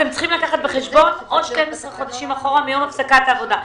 אתם צריכים לקחת בחשבון עוד 12 חודשים אחורה מיום הפסקת עבודה.